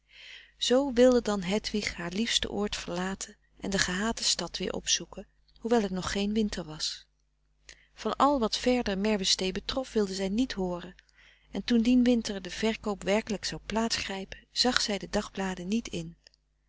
zoo wilde dan hedwig haar liefste oord verlaten en de gehate stad weer opzoeken hoewel het nog geen winter was van al wat verder merwestee betrof wilde zij niet hooren en toen dien winter de verkoop werkelijk zou plaats grijpen zag zij de dagbladen niet in